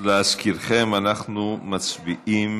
להזכירכם, אנחנו מצביעים